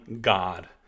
God